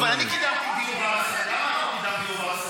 אבל אני קידמתי דיון, למה את לא קידמת, סמכות.